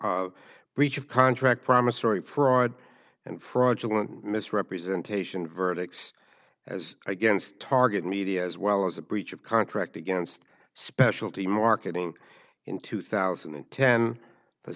proper breach of contract promissory proj and fraudulent misrepresentation verdicts as against target media as well as a breach of contract against specialty marketing in two thousand and ten the